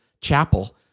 chapel